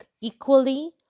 equally